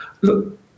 look